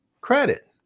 credit